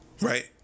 Right